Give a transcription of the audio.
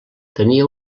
tenia